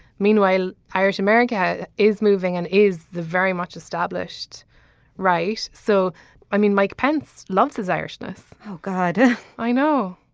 meanwhile irish america is moving and is the very much established right. so i mean mike pence loves his irishness. oh god i know.